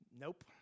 Nope